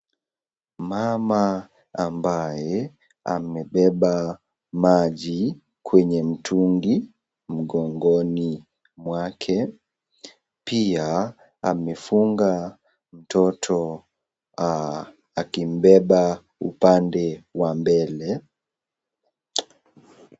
Mama ambaye amebeba maji kwenye mtungi mgongoni mwake. Pia amefunga mtoto akimbeba upande wa mbele.